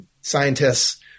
scientists